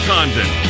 Condon